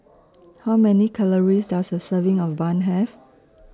How Many Calories Does A Serving of Bun Have